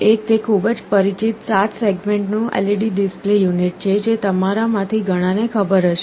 એક તે ખૂબ જ પરિચિત 7 સેગમેન્ટનું LED ડિસ્પ્લે યુનિટ છે જે તમારામાંથી ઘણાને ખબર હશે